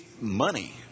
money